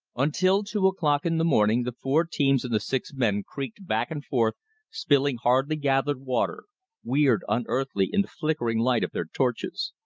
until two o'clock in the morning the four teams and the six men creaked back and forth spilling hardly-gathered water weird, unearthly, in the flickering light of their torches.